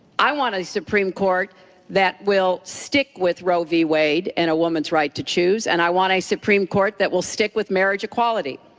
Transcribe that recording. i want a supreme court that will stick with roe v. wade and a woman's right to choose, and i want a supreme court that will stick with marriage equality.